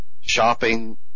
shopping